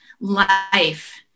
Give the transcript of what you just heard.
life